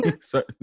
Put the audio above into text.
Sorry